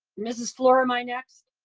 mrs. fluor am i next?